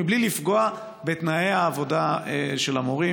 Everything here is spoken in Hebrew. בלי לפגוע בתנאי העבודה של המורים.